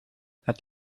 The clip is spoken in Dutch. het